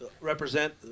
represent